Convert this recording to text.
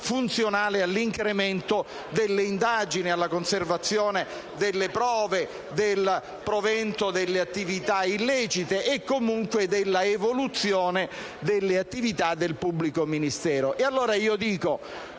funzionale all'incremento dell'indagine, alla conservazione delle prove e del provento delle attività illecite, e comunque dell'evoluzione delle attività del pubblico ministero.